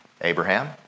Abraham